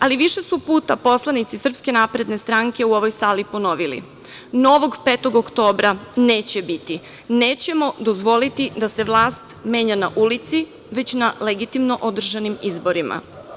Ali, više su puta poslanici SNS u ovoj sali ponovili – novog „5. oktobra“ neće biti, nećemo dozvoliti da se vlast menja na ulici, već na legitimno održanim izborima.